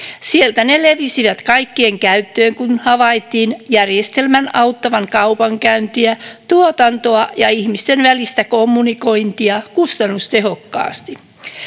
sieltä ne levisivät kaikkien käyttöön kun havaittiin järjestelmän auttavan kaupankäyntiä tuotantoa ja ihmisten välistä kommunikointia kustannustehokkaasti